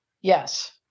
Yes